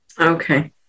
Okay